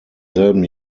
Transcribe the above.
selben